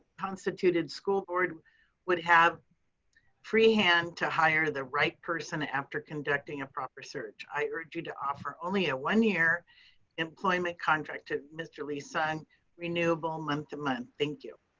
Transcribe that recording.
constituted school board would have free hand hire the right person after conducting a proper search. i urge you to offer only a one year employment contract to mr. lee-sung renewable month to month. thank you.